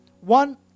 One